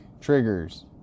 Triggers